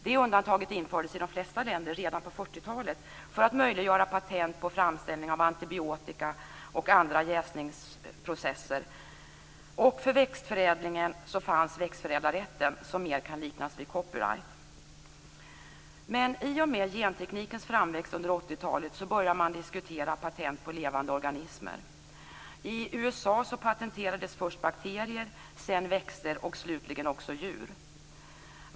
Det undantaget infördes i de flesta länder redan på 40-talet för att möjliggöra patent på framställning av antibiotika och andra jäsningsprocesser. För växtförädlingen fanns växtförädlarrätten, som mer kan liknas vid copyright. I och med genteknikens framväxt under 80-talet började man diskutera patent på levande organismer. I USA patenterades först bakterier, sedan växter och slutligen också djur.